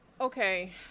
Okay